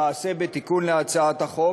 למעשה בתיקון לחוק,